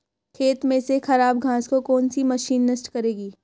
खेत में से खराब घास को कौन सी मशीन नष्ट करेगी?